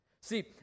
See